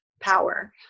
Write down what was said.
power